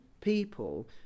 people